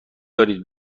دارید